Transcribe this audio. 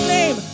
name